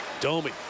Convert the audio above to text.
Domi